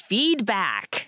Feedback